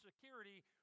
security